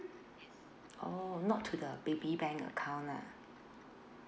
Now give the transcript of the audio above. oh not to the baby bank account lah